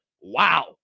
Wow